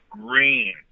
green